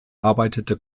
arbeitete